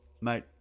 mate